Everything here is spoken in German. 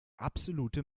absolute